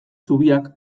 zubiak